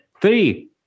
Three